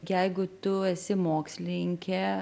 jeigu tu esi mokslininkė